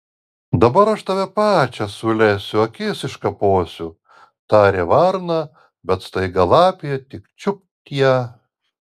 dabar aš tave pačią sulesiu akis iškaposiu tarė varna bet staiga lapė tik čiupt ją